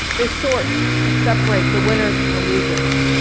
they sort and separate the winners from the losers.